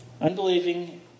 Unbelieving